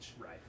Right